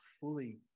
fully